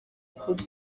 kure